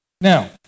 Now